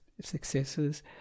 successes